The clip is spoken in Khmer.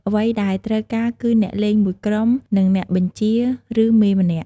អ្វីដែលត្រូវការគឺអ្នកលេងមួយក្រុម និងអ្នកបញ្ជា ឬ មេម្នាក់។